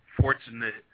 fortunate